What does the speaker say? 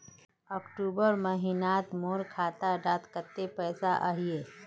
अक्टूबर महीनात मोर खाता डात कत्ते पैसा अहिये?